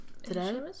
Today